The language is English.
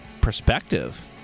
perspective